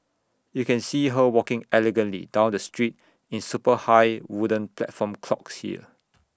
you can see her walking elegantly down the street in super high wooden platform clogs here